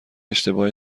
اشتباه